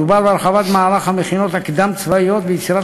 מדובר בהרחבת מערך המכינות הקדם-צבאיות ויצירת